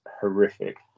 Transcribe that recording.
horrific